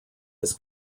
his